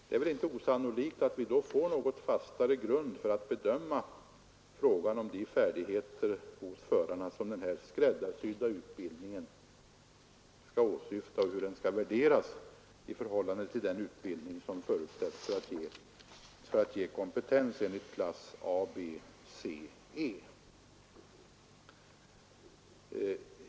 Det är inte osannolikt att vi då får en något fastare grund för att bedöma vilka färdigheter hos förarna som denna skräddarsydda utbildning skall leda till och hur den skall värderas i förhållande till den utbildning som förutsättes för att ge kompetens enligt klass ABCE.